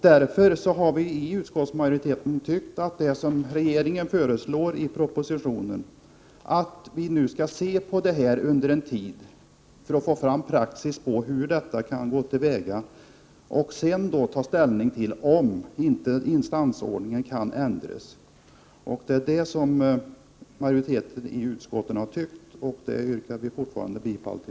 Därför har vi i utskottsmajoriteten tillstyrkt det som regeringen föreslår i propositionen, att vi skall ha den nya ordningen under en tid, tills vi har fått fram praxis för hur det hela skall gå till. Sedan kan vi ta ställning till om inte instansordningen kan ändras. Jag yrkar på nytt bifall till utskottets hemställan.